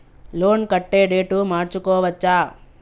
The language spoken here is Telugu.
లోన్ కట్టే డేటు మార్చుకోవచ్చా?